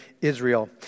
Israel